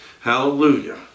Hallelujah